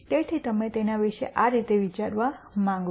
તેથી તમે તેના વિશે આ રીતે વિચારવા માંગો છો